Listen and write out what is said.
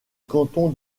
canton